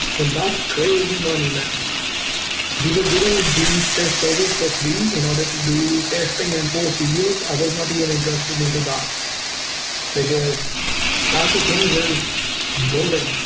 but that's crazy money, man we were given these tests service for free in order to do testing in force. we use. i was not even interested in to that because clash of kings is boring,